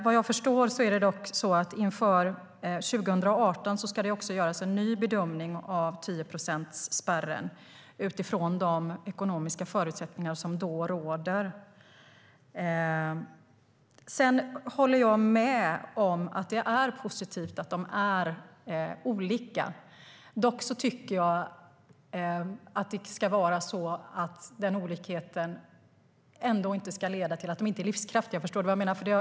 Vad jag förstår ska det inför 2018 göras en ny bedömning av 10-procentsspärren utifrån de ekonomiska förutsättningar som då råder. Jag håller med om att det är positivt att förbunden är olika. Jag tycker dock inte att den olikheten ska leda till att de inte är livskraftiga - om du förstår vad jag menar.